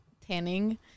tanning